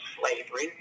slavery